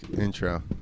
intro